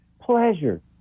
pleasure